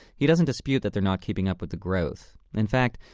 he doesn't dispute that they're not keeping up with the growth. in fact,